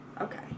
Okay